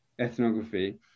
ethnography